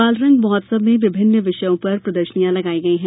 बालरंग महोत्सव में विभिन्न विषय पर प्रदर्शनियाँ लगाई गई हैं